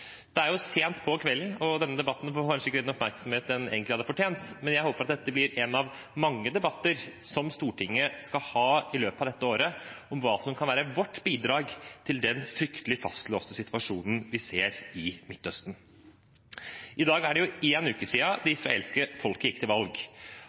Det er jo sent på kvelden, og denne debatten får kanskje ikke den oppmerksomhet den egentlig hadde fortjent, men jeg håper at dette blir en av mange debatter som Stortinget skal ha i løpet av dette året, om hva som kan være vårt bidrag til den fryktelig fastlåste situasjonen vi ser i Midtøsten. I dag er det en uke siden det israelske folket gikk til valg,